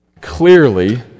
Clearly